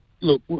look